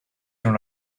non